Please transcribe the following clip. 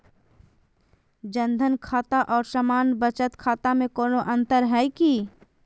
जन धन खाता और सामान्य बचत खाता में कोनो अंतर है की?